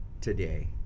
today